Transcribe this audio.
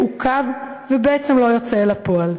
מעוכב ובעצם לא יוצא לפועל?